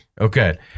Okay